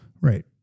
Right